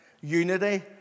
unity